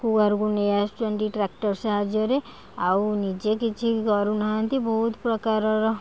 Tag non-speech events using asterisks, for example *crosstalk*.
*unintelligible* କୁ ନେଇ ଆସୁଛନ୍ତି ଟ୍ରାକ୍ଟର ସାହାଯ୍ୟରେ ଆଉ ନିଜେ କିଛି କରୁ ନାହାନ୍ତି ବହୁତ ପ୍ରକାରର